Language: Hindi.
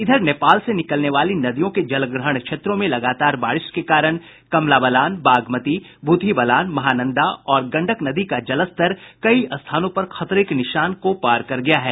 इधर नेपाल से निकलने वाली नदियों के जलग्रहण क्षेत्रों में लगातार बारिश के कारण कमला बलान बागमती भूतही बलान महानंदा और गंडक नदी का जलस्तर कई स्थानों पर खतरे के निशान को पार गया है